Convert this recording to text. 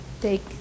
take